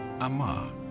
Ama